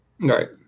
right